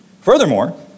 Furthermore